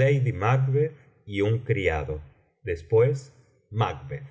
lady m gbeth y ua criado después macbeth